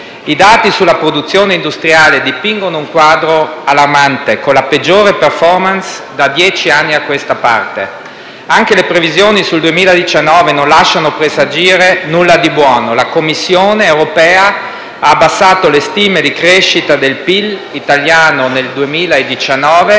I dati sulla produzione industriale dipingono un quadro allarmante, con la peggiore *performance* da dieci anni a questa parte. Anche le previsioni sul 2019 non lasciano presagire nulla di buono. La Commissione europea ha abbassato le stime di crescita del PIL italiano nel 2019